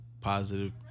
positive